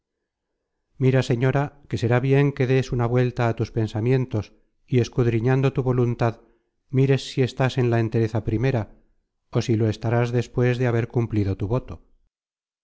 mira señora que será bien que des una vuelta á tus pensamientos y escudriñando tu voluntad mires si estás en la entereza primera ó si lo estarás despues de haber cumplido tu voto